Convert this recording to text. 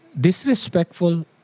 disrespectful